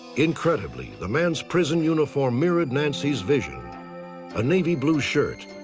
incredibly, the man's prison uniform mirrored nancy's vision a navy blue shirt,